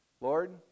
Lord